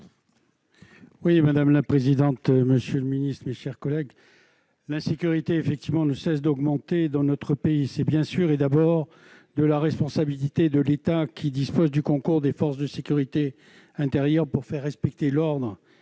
Oui, madame la présidente, monsieur le Ministre, mes chers collègues, ma sécurité, effectivement, ne cesse d'augmenter dans notre pays, c'est bien sûr et d'abord de la responsabilité de l'État, qui dispose du concours des forces de sécurité intérieure pour faire respecter l'ordre